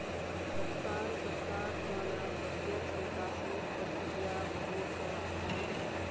भुगतानकर्तार त न प्रत्यक्ष निकासीर प्रक्रिया बहु त आसान छेक